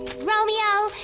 romeo,